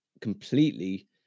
completely